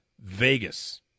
Vegas